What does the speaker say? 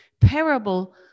parable